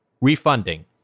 Refunding